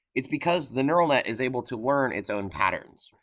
it's because the neural net is able to learn its own patterns.